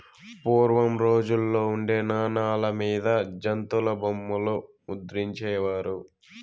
పూర్వం రోజుల్లో ఉండే నాణాల మీద జంతుల బొమ్మలు ముద్రించే వారు